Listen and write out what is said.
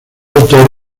autor